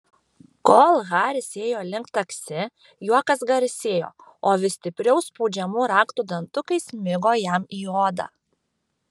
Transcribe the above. kol haris ėjo link taksi juokas garsėjo o vis stipriau spaudžiamų raktų dantukai smigo jam į odą